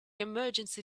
emergency